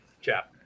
chap